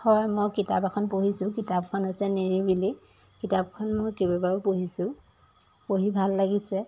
হয় মই কিতাপ এখন পঢ়িছোঁ কিতাপখন হৈছে নেৰি বুলি কিতাপখন মই কেইবাবাৰো পঢ়িছোঁ পঢ়ি ভাল লাগিছে